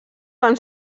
van